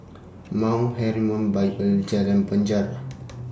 Mount Hermon Bible Jalan Penjara